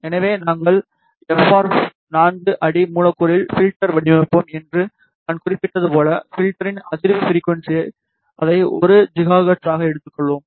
எனவே நாங்கள் F R 4 அடி மூலக்கூறில் ஃபில்டர் வடிவமைப்போம் என்று நான் குறிப்பிட்டது போல ஃபில்டரின் அதிர்வு ஃபிரிக்குவன்ஸி அதை 1 GHz ஆக எடுத்துக்கொள்வோம்